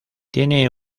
tiene